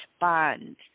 bond